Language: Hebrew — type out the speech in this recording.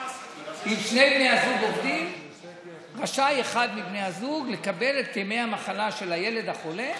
רשאי אחד מבני הזוג לקבל את ימי המחלה של הילד החולה.